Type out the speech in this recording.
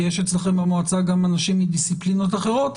כי יש אצלכם במועצה גם אנשים מדיסציפלינות אחרות,